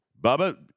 Bubba